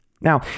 Now